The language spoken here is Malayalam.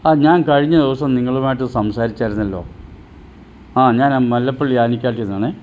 ആ ഞാൻ കഴിഞ്ഞ ദിവസം നിങ്ങളുമായിട്ട് സംസാരിച്ചായിരുന്നല്ലോ ആ ഞാൻ ആ മല്ലപ്പള്ളി ആലിക്കാട്ടിന്നാണ്